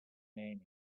name